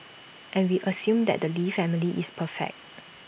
and we assume that the lee family is perfect